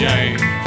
James